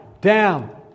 down